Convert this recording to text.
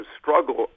struggle